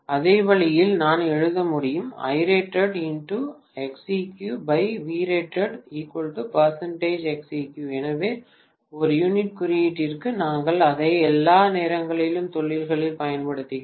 அதே வழியில் நான் எழுத முடியும் எனவே ஒரு யூனிட் குறியீட்டிற்கு நாங்கள் அதை எல்லா நேரங்களிலும் தொழில்களில் பயன்படுத்துகிறோம்